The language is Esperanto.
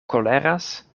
koleras